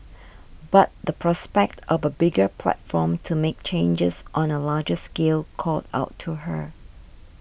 but the prospect of a bigger platform to make changes on a larger scale called out to her